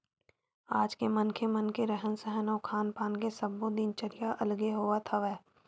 आज के मनखे मन के रहन सहन अउ खान पान के सब्बो दिनचरया अलगे होवत हवय